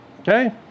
Okay